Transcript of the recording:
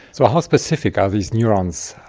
so how specific are these neurons?